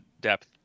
depth